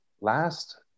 last